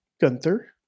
Gunther